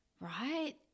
right